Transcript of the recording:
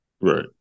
Right